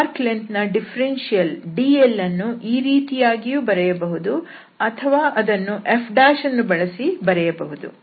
ಕರ್ವ್ನ ಉದ್ದ ದ ಡಿಫರೆನ್ಸಿಯಲ್ dlಅನ್ನು ಈ ರೀತಿಯಾಗಿಯೂ ಬರೆಯಬಹುದು ಅಥವಾ ಅದನ್ನು f ಅನ್ನು ಬಳಸಿ ಬರೆಯಬಹುದು